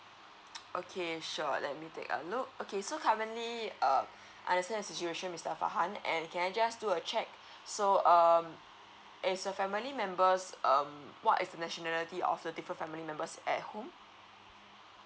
okay sure let me take a look okay so currently err I understand your situation mister farhan and can I just do a check so um is a family members um what is the nationality of the different family members at home